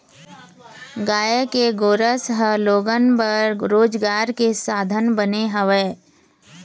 गाय के गोरस ह लोगन बर रोजगार के साधन बने हवय